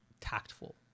tactful